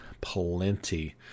plenty